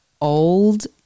old